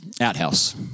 Outhouse